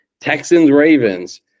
Texans-Ravens